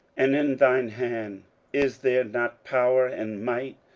and in thine hand is there not power and might,